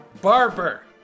Barber